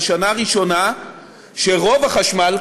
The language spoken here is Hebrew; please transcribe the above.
זו השנה הראשונה שרוב החשמל,